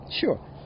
Sure